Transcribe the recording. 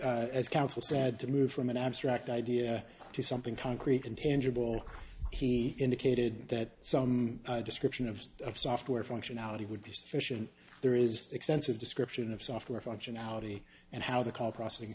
if as counsel said to move from an abstract idea to something concrete and tangible he indicated that some description of a software functionality would be sufficient there is extensive description of software functionality and how the call processing